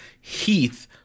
Heath